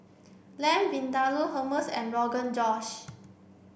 Lamb Vindaloo Hummus and Rogan Josh